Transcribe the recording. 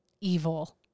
evil